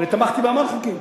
תמכתי בהמון חוקים.